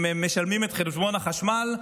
אם הם משלמים את חשבון החשמל,